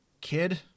kid-